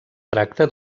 tracta